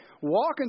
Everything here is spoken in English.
walking